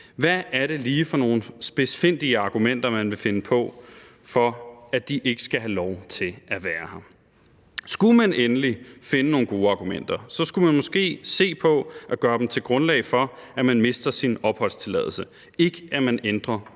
Hvad er det lige for nogle spidsfindige argumenter man vil finde på for, at de ikke skal have lov til at være her? Skulle man endelig finde nogle gode argumenter, skulle man måske se på at gøre dem til grundlag for at miste en opholdstilladelse, ikke at man ændrer